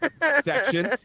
section